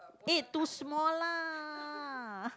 eight too small lah